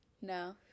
No